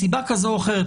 מסיבה כזו או אחרת,